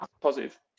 positive